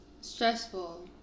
Stressful